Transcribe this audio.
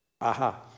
Aha